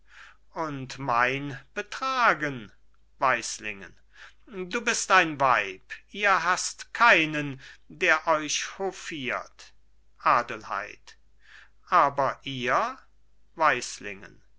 und mein betragen weislingen du bist ein weib ihr haßt keinen der euch hofiert adelheid aber ihr